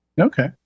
Okay